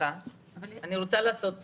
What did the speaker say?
אני רוצה לעשות סדר.